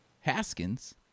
Haskins